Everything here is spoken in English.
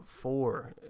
four